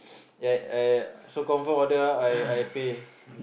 yeah yeah and and so confirm order ah I I pay